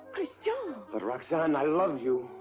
christian! but roxane, i love you!